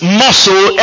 muscle